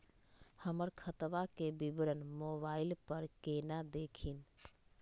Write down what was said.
हमर खतवा के विवरण मोबाईल पर केना देखिन?